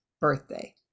birthday